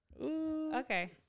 okay